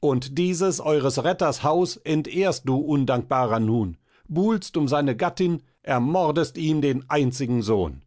und dieses eures retters haus entehrst du undankbarer nun buhlst um seine gattin ermordest ihm den einzigen sohn